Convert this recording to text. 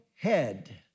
head